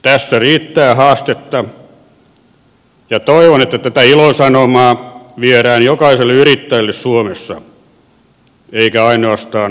tässä riittää haastetta ja toivon että tätä ilosanomaa viedään jokaiselle yrittäjälle suomessa eikä ainoastaan suuryrityksille